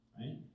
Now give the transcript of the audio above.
right